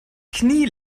knie